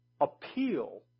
appeal